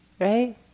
right